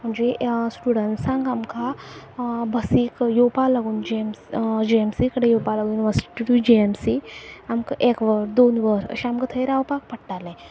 म्हणजे स्टुडंट्सांक आमकां बसीक येवपा लागून जेम जी एम सी कडेन येवपा लागून युनिव र्र्टीसिटी टू टू जे एम सी आमकां एक वर दोन वर अशें आमकां थंय रावपाक पडटाले